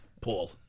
Paul